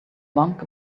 monk